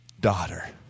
daughter